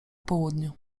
południu